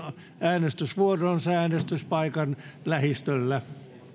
äänestysvuoroonsa äänestyspaikan lähistöllä